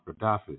Gaddafi